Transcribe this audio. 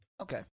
Okay